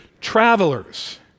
travelers